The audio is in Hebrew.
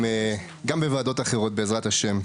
גם בוועדות אחרות בעזרת השם.